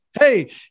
Hey